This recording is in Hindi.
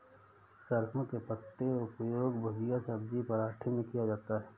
सरसों के पत्ते का उपयोग भुजिया सब्जी पराठे में किया जाता है